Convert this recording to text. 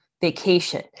vacation